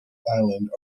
island